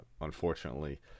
unfortunately